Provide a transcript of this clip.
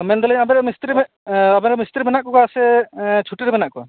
ᱢᱮᱱᱮᱫᱟᱞᱤᱧ ᱟᱵᱮᱱ ᱨᱮᱱ ᱢᱤᱥᱛᱤᱨᱤ ᱟᱵᱮᱱ ᱨᱮᱱ ᱢᱤᱥᱛᱤᱨᱤ ᱢᱮᱱᱟᱜ ᱠᱚᱣᱟ ᱥᱮ ᱪᱷᱩᱴᱤ ᱨᱮ ᱢᱮᱱᱟᱜ ᱠᱚᱣᱟ